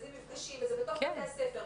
אלה מפגשים בתוך בתי הספר,